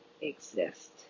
exist